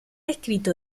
escrito